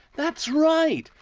that's right,